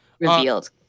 revealed